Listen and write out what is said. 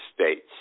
States